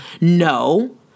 No